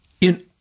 In